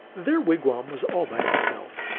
their wigwam was all by itself,